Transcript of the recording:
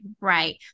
right